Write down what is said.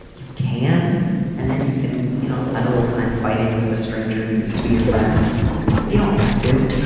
you can and then you can, you know, spend a little time fighting with a stranger who used to be your friend. but you don't have to.